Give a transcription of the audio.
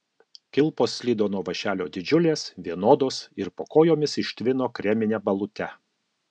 kilpos slydo nuo vąšelio didžiulės vienodos ir po kojomis ištvino kremine balute